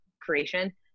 creation